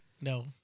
No